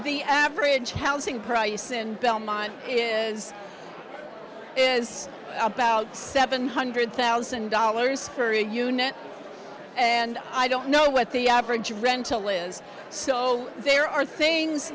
the average housing price in belmont is is about seven hundred thousand dollars for a unit and i don't know what the average rental is so there are things